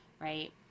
right